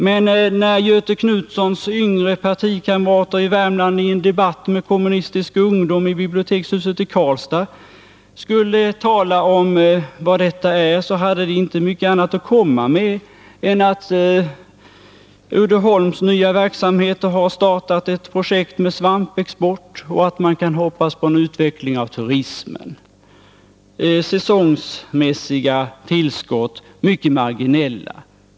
Men när Göthe Knutsons yngre partikamrater i Värmland i en debatt med Kommunistisk ungdom i bibliotekshuset i Karlstad skulle utveckla de här idéerna hade de inte mycket mer att komma med än att Uddeholms nya verksamheter har startat ett projekt med svampexport och att man kan hoppas på en utveckling av turismen — säsongmässiga och mycket marginella tillskott.